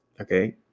Okay